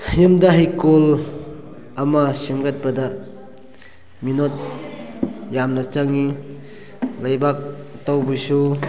ꯌꯨꯝꯗ ꯍꯩꯀꯣꯜ ꯑꯃ ꯁꯦꯝꯒꯠꯄꯗ ꯃꯤꯅꯣꯠ ꯌꯥꯝꯅ ꯆꯪꯏ ꯂꯩꯕꯥꯛ ꯇꯧꯕꯁꯨ